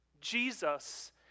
Jesus